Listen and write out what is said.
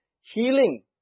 Healing